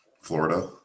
Florida